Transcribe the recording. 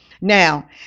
now